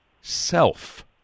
self